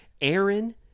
Aaron